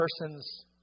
person's